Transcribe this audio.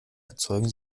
erzeugen